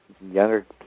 younger